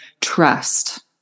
trust